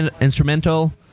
Instrumental